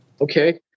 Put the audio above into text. Okay